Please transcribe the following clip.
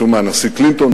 ביקשו מהנשיא קלינטון,